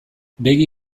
begi